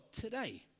today